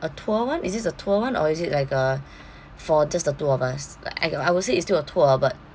a tour one is this a tour one or is it like a for just the two of us like I I would say it's still a tour but